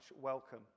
welcome